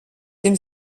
dem